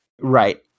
right